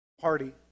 party